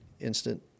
Instant